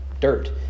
dirt